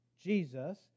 Jesus